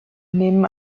nehmen